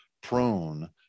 prone